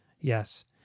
yes